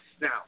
now